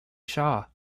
shaw